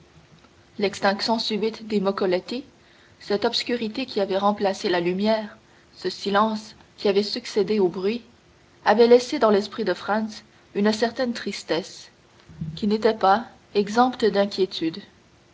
l'extinction subite des moccoletti cette obscurité qui avait remplacé la lumière ce silence qui avait succédé au bruit avaient laissé dans l'esprit de franz une certaine tristesse qui n'était pas exempte d'inquiétude